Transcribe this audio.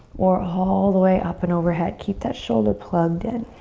or all the way up and overhead. keep that shoulder plugged in.